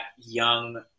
young